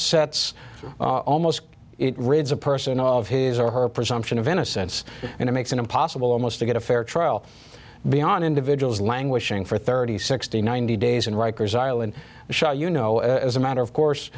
sets almost it rids a person of his or her presumption of innocence and it makes it impossible almost to get a fair trial be on individuals languishing for thirty sixty ninety days in rikers island show you know as a matter of